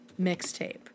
mixtape